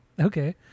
Okay